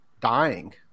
dying